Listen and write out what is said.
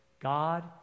God